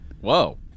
whoa